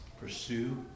Pursue